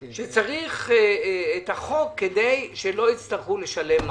אנחנו מעריכים שבתוך כשנה אנחנו נסיים את התהליך.